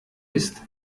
ist